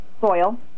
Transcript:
soil